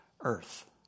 earth